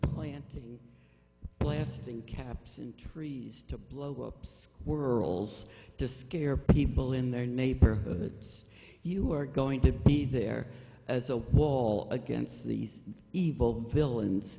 planting blasting caps and trees to blow up squirrels to scare people in their neighborhoods you are going to be there as a wall against these evil villains